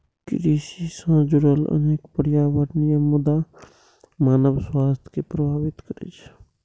कृषि सं जुड़ल अनेक पर्यावरणीय मुद्दा मानव स्वास्थ्य कें प्रभावित करै छै